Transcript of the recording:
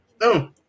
No